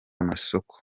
amasoko